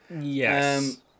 Yes